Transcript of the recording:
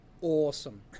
awesome